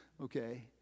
Okay